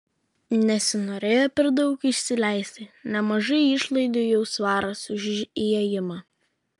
nesinorėjo per daug išsileisti nemažai išlaidų jau svaras už įėjimą